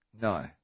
No